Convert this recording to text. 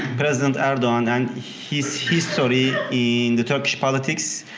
president erdogan and his history in the turkish politics.